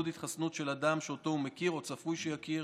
התחסנות של אדם שאותו או מכיר או צפוי שיכיר,